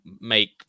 make